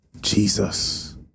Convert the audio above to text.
Jesus